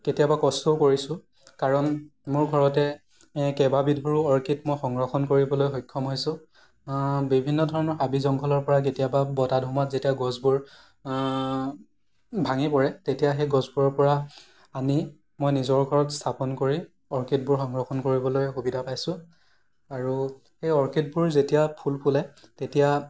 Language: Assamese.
কেতিয়াবা কষ্টও কৰিছোঁ কাৰণ মোৰ ঘৰতে কেইবাবিধৰে অৰ্কিড মই সংৰক্ষণ কৰিবলৈ সক্ষম হৈছোঁ বিভিন্ন ধৰণৰ হাবি জংঘলৰ পৰা কেতিয়াবা বতাহ ধুমুহাত যেতিয়া গছবোৰ ভাঙি পৰে তেতিয়া সেই গছবোৰৰ পৰা আনি মই নিজৰ ঘৰত স্থাপন কৰি অৰ্কিডবোৰ সংৰক্ষণ কৰিবলৈ সুবিধা পাইছোঁ আৰু সেই অৰ্কিডবোৰ যেতিয়া ফুল ফুলে তেতিয়া